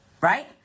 Right